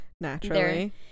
Naturally